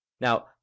Now